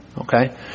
Okay